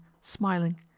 smiling